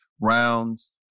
rounds